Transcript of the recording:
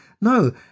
No